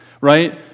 right